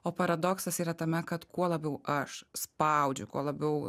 o paradoksas yra tame kad kuo labiau aš spaudžiu kuo labiau